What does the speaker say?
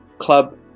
club